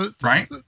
Right